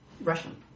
Russian